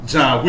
John